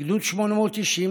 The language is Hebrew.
בגדוד 890,